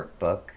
workbook